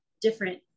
different